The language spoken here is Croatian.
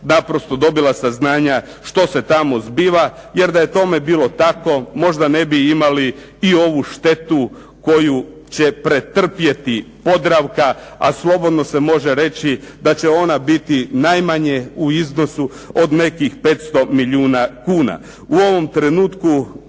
naprosto dobila saznanja što se tamo zbiva, jer da je tome bilo tako možda ne bi imali i ovu štetu koju će pretrpjeti "Podravka", a slobodno se može reći da će ona biti najmanje u iznosu od nekih 500 milijuna kuna. U ovom trenutku